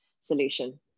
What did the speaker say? solution